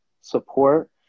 support